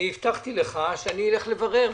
אני הבטחתי לך שאני אלך לברר,